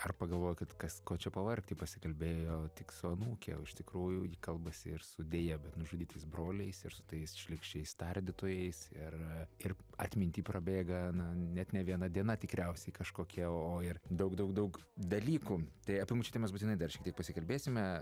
ar pagalvoji kad kas ko čia pavargti pasikalbėjo tik su anūke o iš tikrųjų ji kalbasi ir su deja bet nužudytais broliais ir su tais šlykščiais tardytojais ir ir atminty prabėga na net ne viena diena tikriausiai kažkokia o ir daug daug daug dalykų tai apie močiutę mes būtinai dar šiek tiek pasikalbėsime